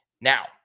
Now